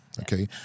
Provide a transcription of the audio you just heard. okay